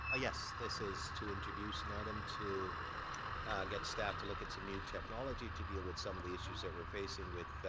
ah yes. this is to introduce an item to get staff to look at some new technology to deal with some of the issues that we're facing with